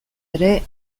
ere